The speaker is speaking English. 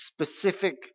specific